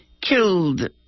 killed